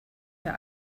der